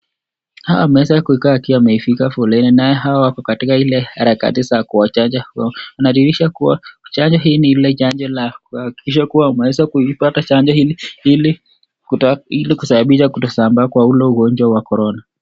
Hawa wameweza kukaa wakiwa wamefika foleni nayo hawa wako katika ile harakati ya kuwachanja, inadhirisha kuwa chanjo hii ni ile chanjo la kuhakikisha kuwa umeweza kuipata chanjo hili kusababisha kutokusambaa kwa ule ugonjwa wa korona.